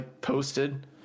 posted